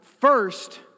first